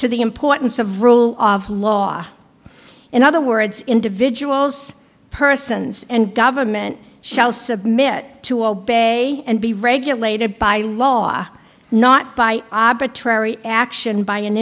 to the importance of rule of law in other words individuals persons and government shall submit to obey and be regulated by law not by action by an